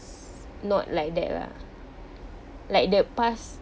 not like that lah like that past